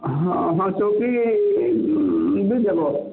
ହଁ ହଁ ଚଉକି ବି ଦେବ